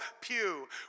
pew